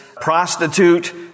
prostitute